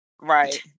Right